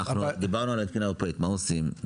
ודיברנו על התקינה האירופית מה עושים?